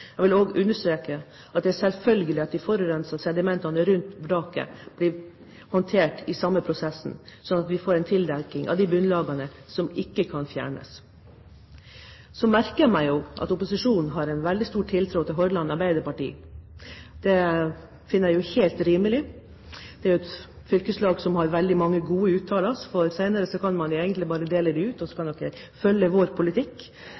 Jeg vil også understreke at det er en selvfølge at de forurensende sedimentene rundt vraket blir håndtert i samme prosessen, sånn at vi får en tildekking av de bunnlagene som ikke kan fjernes. Så merker jeg meg jo at opposisjonen har en veldig stor tiltro til Hordaland Arbeiderparti. Det finner jeg helt rimelig. Det er et fylkeslag som har veldig mange gode uttalelser. Senere kan man jo bare dele dem ut, og så kan man følge vår politikk.